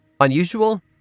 Unusual